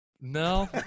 No